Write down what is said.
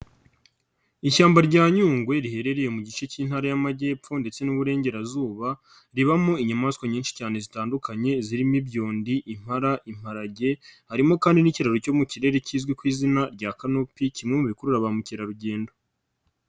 Ishyamba rya Nyungwe riherereye mu gice cy'intara y'Amajyepfo ndetse n'Uburengerazuba, ribamo inyamaswa nyinshi cyane zitandukanye, zirimo ibyondi, impara, imparage, harimo kandi n'ikiraro cyo mu kirere kizwi ku izina rya kanopi, kimwe mu bikurura ba mukerarugendo.